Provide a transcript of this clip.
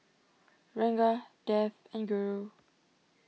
Ranga Dev and Guru